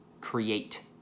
create